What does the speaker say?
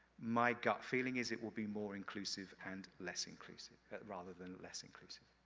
my gut feeling is it will be more inclusive and less inclusive rather than less inclusive.